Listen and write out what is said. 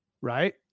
right